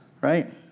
right